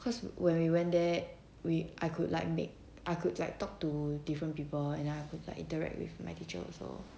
cause when we went there we I could like mak~ I could like talk to different people and I could like direct with my teacher also